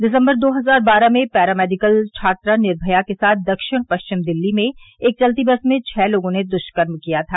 दिसम्बर दो हजार बारह में पैरा मेडिकल छात्रा निर्मया के साथ दक्षिण पश्चिम दिल्ली में एक चलती बस में छ लोगों ने दृष्कर्म किया था